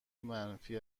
منفی